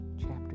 chapter